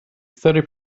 thirty